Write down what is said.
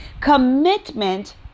Commitment